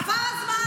עבר הזמן.